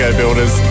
builders